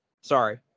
Sorry